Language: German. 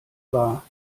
war